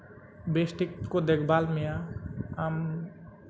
ᱵᱮᱥᱴᱷᱤᱠ ᱠᱚ ᱫᱮᱠᱷᱵᱷᱟᱞ ᱢᱮᱭᱟ ᱟᱢ